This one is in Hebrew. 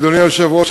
אדוני היושב-ראש,